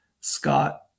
Scott